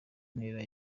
ntera